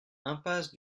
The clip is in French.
impasse